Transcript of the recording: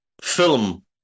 film